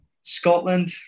Scotland